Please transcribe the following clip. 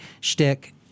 shtick